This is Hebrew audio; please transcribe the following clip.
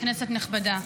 כנסת נכבדה,